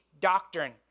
doctrine